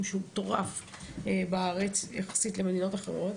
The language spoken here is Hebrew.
שהוא מטורף בארץ יחסית למדינות אחרות,